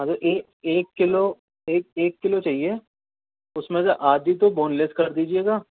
ابھی ایک ایک کلو ایک ایک کلو چاہیے اس میں سے آدھی تو بون لیس کر دیجیے گا